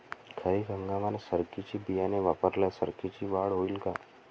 खरीप हंगामात सरकीचे बियाणे वापरल्यास सरकीची वाढ होईल का?